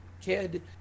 kid